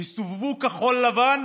הסתובבו כחול לבן